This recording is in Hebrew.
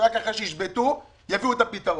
שרק אחרי שישבתו יביאו את הפתרון.